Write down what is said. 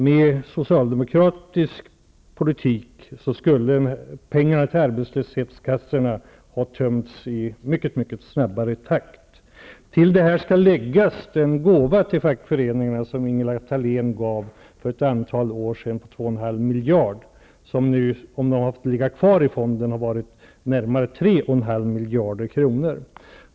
Med so cialdemokratisk politik skulle alltså pengarna till arbetslöshetskassorna ha gått åt i mycket snabbare takt. Till detta skall läggas den gåva till fackförening arna som Ingela Thalén kom med för ett antal år sedan. Det handlar om 2,5 miljarder. Om de peng arna hade fått ligga kvar i fonden skulle det ha rört sig om närmare 3,5 miljarder kronor.